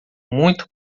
muito